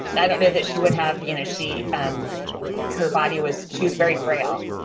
i don't know that she would have you know. she and her body was she was very frail.